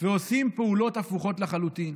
ועושים פעולות הפוכות לחלוטין: